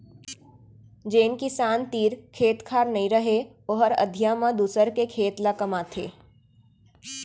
जेन किसान तीर खेत खार नइ रहय ओहर अधिया म दूसर के खेत ल कमाथे